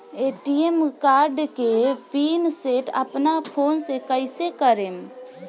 ATM card के PIN set अपना phone से कइसे करेम?